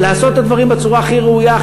לעשות את הדברים בצורה הכי ראויה,